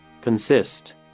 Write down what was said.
Consist